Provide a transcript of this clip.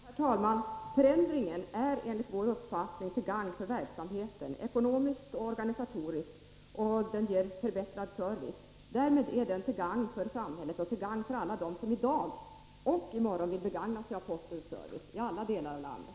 Herr talman! Den förändringen är enligt vår uppfattning till gagn för verksamheten, ekonomiskt och organisatoriskt, och den ger förbättrad service. Därmed är den till gagn för samhället och för alla dem som i dag och i morgon vill begagna sig av postens service — i alla delar av landet.